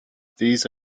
these